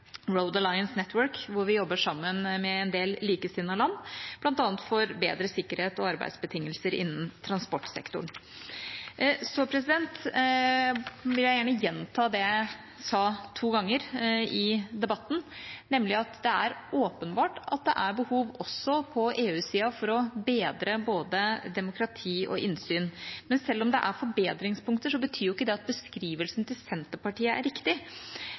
Road Alliances nettverk, der vi jobber sammen med en del likesinnede land for bl.a. bedre sikkerhet og arbeidsbetingelser innen transportsektoren. Så vil jeg gjerne gjenta det jeg har sagt to ganger i debatten, nemlig at det er åpenbart at det også på EU-sida er behov for å bedre både demokrati og innsyn. Men at det er forbedringspunkter, betyr jo ikke at beskrivelsen til Senterpartiet er riktig.